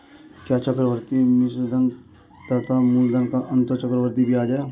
क्या चक्रवर्ती मिश्रधन तथा मूलधन का अंतर चक्रवृद्धि ब्याज है?